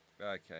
Okay